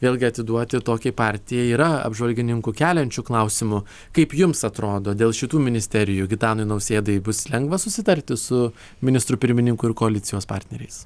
vėlgi atiduoti tokiai partijai yra apžvalgininkų keliančių klausimų kaip jums atrodo dėl šitų ministerijų gitanui nausėdai bus lengva susitarti su ministru pirmininku ir koalicijos partneriais